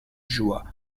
joie